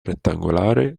rettangolare